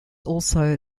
also